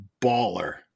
baller